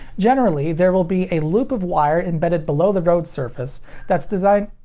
generally, there will be a loop of wire embedded below the road surface that's designed.